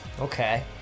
Okay